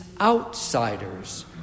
outsiders